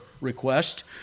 request